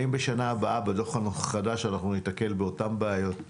האם בדוח החדש בשנה הבאה ניתקל באותן בעיות?